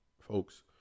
Folks